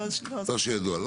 לא שידוע.